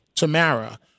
Tamara